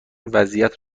وضعیت